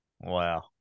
Wow